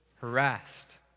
harassed